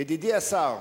ידידי השר,